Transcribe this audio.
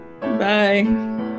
Bye